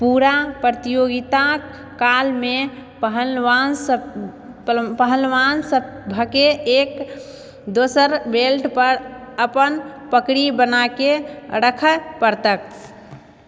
पूरा प्रतियोगिताके कालमे पहलवानसभके एक दोसरके बेल्टपर अपन पकड़ि बनाकऽ राखऽ पड़तैक